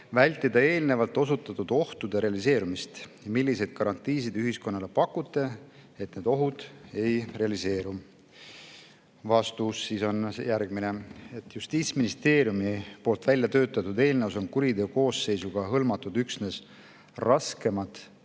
vältida eelnevalt osutatud ohtude realiseerumist? Milliseid garantiisid ühiskonnale pakute, et need ohud ei realiseeru?" Vastus on järgmine. Justiitsministeeriumi väljatöötatud eelnõus on kuriteokoosseisuga hõlmatud üksnes raskemad